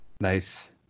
Nice